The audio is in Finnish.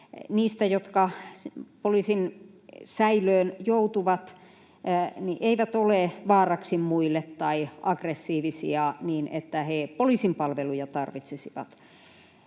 heistä, jotka poliisin säilöön joutuvat, eivät ole vaaraksi muille tai aggressiivisia niin, että he tarvitsisivat